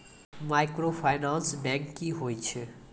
Microfinance bank की होय छै?